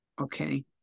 okay